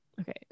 okay